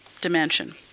dimension